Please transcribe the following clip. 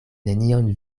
nenion